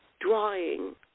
drawing